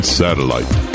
satellite